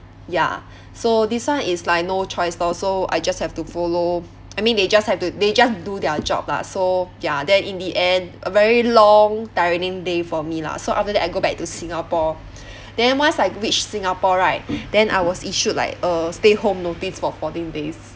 ya so this one is like no choice lor so I just have to follow I mean they just have to they just do their job lah so ya then in the end a very long tiring day for me lah so after that I go back to singapore then once I reach singapore right then I was issued like a stay home notice for fourteen days